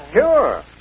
Sure